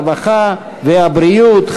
הרווחה והבריאות,